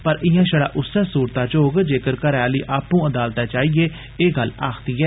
पर इयां षड़ा उस्सै सूरता च होग जेक्कर घरै आली आपूं अदालतै च आईयें एह गल्ल आखदी ऐ